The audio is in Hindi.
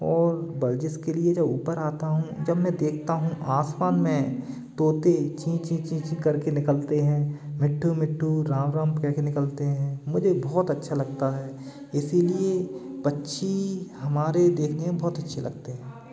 और वर्जिश के लिए जब ऊपर आता हूँ जब मैं देखता हूँ आसमान में तोते चीं चीं चीं चीं करके निकलते हैं मिट्ठू मिट्ठू राम राम कह कर निकलते हैं मुझे बहुत अच्छा लगता है इसीलिए पक्षी हमारे देखने में बहुत अच्छे लगते हैं